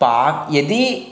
पाकः यदि